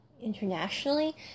internationally